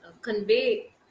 convey